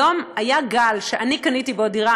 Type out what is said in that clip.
היה גל שאני קניתי בו דירה,